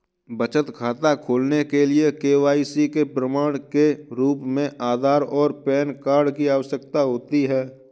बचत खाता खोलने के लिए के.वाई.सी के प्रमाण के रूप में आधार और पैन कार्ड की आवश्यकता होती है